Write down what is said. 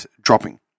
dropping